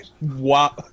wow